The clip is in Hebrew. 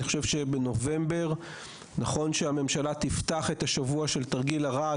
אני חושב שבנובמבר נכון שהממשלה תפתח את השבוע של תרגיל הרעד,